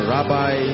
Rabbi